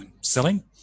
selling